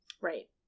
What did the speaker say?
right